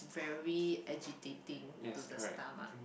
very agitating to the stomach